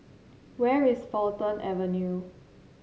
where is Fulton Avenue